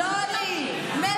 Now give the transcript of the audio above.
לא לי.